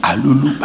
Alulu